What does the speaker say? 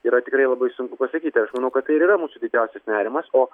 yra tikrai labai sunku pasakyti aš manau kad tai ir yra mūsų didžiausias nerimas o